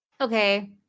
Okay